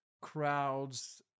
crowds